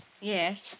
Yes